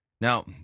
Now